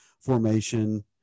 formation